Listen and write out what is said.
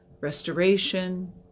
restoration